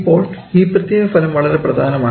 ഇപ്പോൾ ഈ പ്രത്യേക ഫലം വളരെ പ്രധാനമാണ്